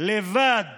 לבד